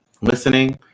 listening